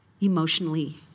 emotionally